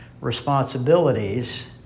responsibilities